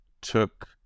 took